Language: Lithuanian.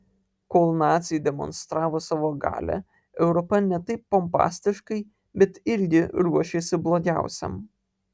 kol naciai demonstravo savo galią europa ne taip pompastiškai bet irgi ruošėsi blogiausiam